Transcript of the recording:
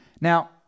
Now